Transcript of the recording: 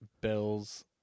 Bills –